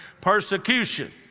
persecution